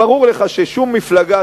ברור לך ששום מפלגה,